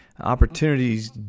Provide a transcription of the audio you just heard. opportunities